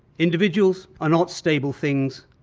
individuals are not stable things,